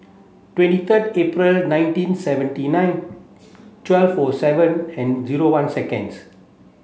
twenty third April nineteen seventy nine twelve for seven and zero one seconds